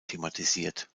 thematisiert